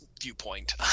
viewpoint